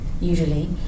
usually